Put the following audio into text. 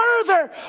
further